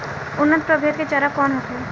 उन्नत प्रभेद के चारा कौन होखे?